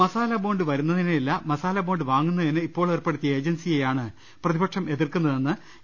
masala bond വരുന്നതിനെയല്ല masala bond വാങ്ങുന്നതിന് ഇ പ്പോൾ ഏർപ്പെടുത്തിയ ഏജൻസിയെയാണ് പ്രതിപക്ഷം എതിർക്കുന്നതെ ന്ന് എ